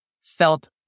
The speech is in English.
felt